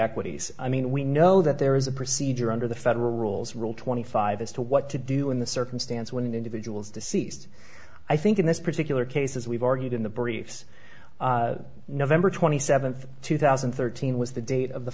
equities i mean we know that there is a procedure under the federal rules rule twenty five as to what to do in the circumstance when an individual's deceased i think in this particular case as we've argued in the briefs november twenty seventh two thousand and thirteen was the date of the